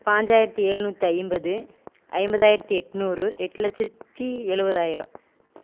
பாஞ்சாயிரத்தி எழுநூற்றி ஐம்பது ஐம்பதாயிரத்தி எட்நூறு எட்டு லட்சத்தி எழுபதாயிரம்